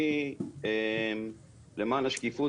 אני למען השקיפות,